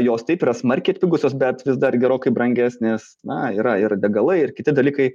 jos stiprios smarkiai atpigusios bet vis dar gerokai brangesnės na yra ir degalai ir kiti dalykai